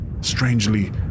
strangely